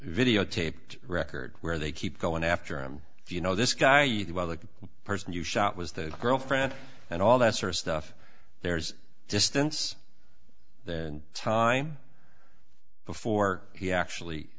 videotaped record where they keep going after him if you know this guy even while the person you shot was the girlfriend and all that sort of stuff there's distance and time before he actually